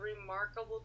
remarkable